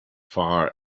far